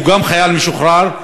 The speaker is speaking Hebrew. שהוא גם חייל משוחרר,